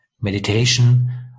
Meditation